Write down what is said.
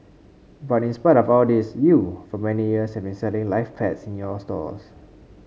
but in spite of all of this you for many years have been selling live pets in your stores